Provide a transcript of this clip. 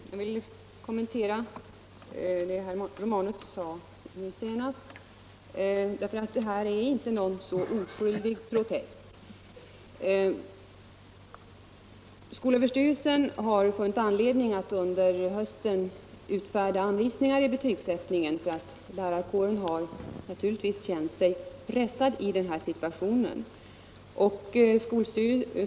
Herr talman! Jag vill kommentera det som herr Romanus senast sade, eftersom det inte är fråga om en så oskyldig protest. Skolöverstyrelsen har funnit anledning att under hösten utfärda anvisningar för betygsättningen, eftersom lärarkåren naturligtvis känt sig pressad i denna situation.